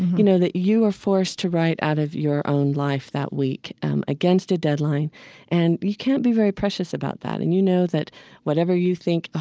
you know that you are forced to write out of your own life that week against a deadline and you can't be very precious about that. and you know that whatever you think, oh,